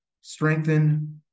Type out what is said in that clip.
strengthen